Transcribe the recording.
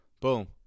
boom